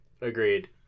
agreed